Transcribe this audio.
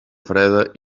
freda